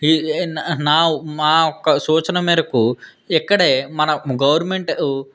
నా మా ఒక సూచన మేరకు ఇక్కడే మన గవర్నమెంట్